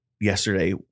yesterday